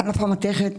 ענף המתכת